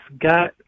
got